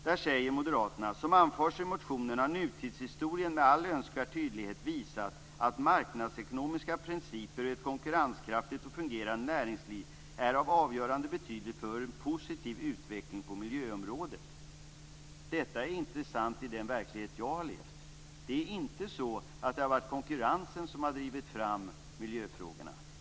Där säger moderaterna: "Som anförs i motionen har nutidshistorien med all önskvärd tydlighet visat att marknadsekonomiska principer och ett konkurrenskraftigt och fungerande näringsliv är av avgörande betydelse för en positiv utveckling på miljöområdet." Detta är inte sant i den verklighet jag har levt i. Det har inte varit konkurrensen som har drivit fram miljöfrågorna.